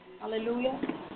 Hallelujah